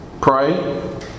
Pray